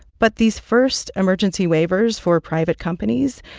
but these first emergency waivers for private companies,